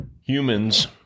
humans